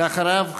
ואחריו,